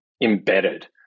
embedded